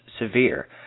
severe